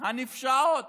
הנפשעות